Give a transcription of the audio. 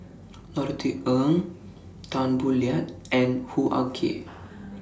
Norothy Ng Tan Boo Liat and Hoo Ah Kay